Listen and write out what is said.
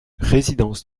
résidence